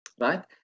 right